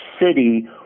city